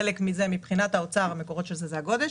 חלק מזה, מבחינת האוצר, זה הגודש.